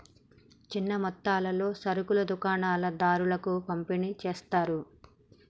చిన్న మొత్తాలలో సరుకులు దుకాణం దారులకు పంపిణి చేస్తారు